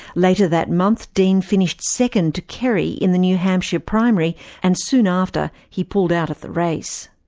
later that month dean finished second to kerry in the new hampshire primary and soon after he pulled out of the race.